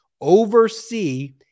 oversee